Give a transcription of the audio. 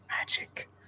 Magic